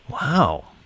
Wow